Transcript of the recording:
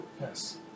Yes